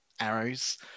arrows